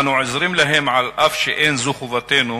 אנו עוזרים להם אף שאין זו חובתנו,